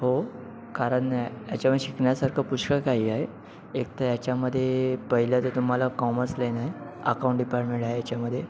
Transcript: हो कारण याच्यामधे शिकण्यासारखं पुष्कळ काही आहे एकतर याच्यामध्ये पहिलं तर तुम्हाला कॉमर्स लाईन आहे अकाऊंट डिपार्टमेंट आहे याच्यामधे